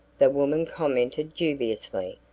the woman commented dubiously,